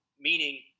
meaning